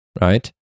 right